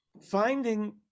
Finding